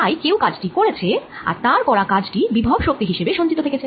তাই কেউ কাজটি করেছে আর তার করা কাজটি বিভব শক্তি হিসেবে সঞ্চিত থেকেছে